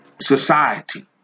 society